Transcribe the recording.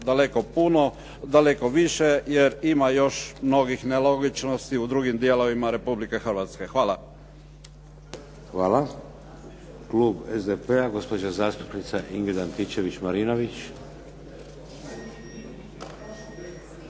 amandman biti daleko više jer ima još novih nelogičnosti u drugim dijelovima Republike Hrvatske. Hvala. **Šeks, Vladimir (HDZ)** Hvala. Klub SDP-a, gospođa zastupnica Ingrid Antičević-Marinović.